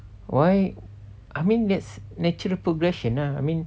why I mean that's natural progression lah I mean